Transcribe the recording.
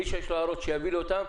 מי שיש לו הערות שיביא לי אותן.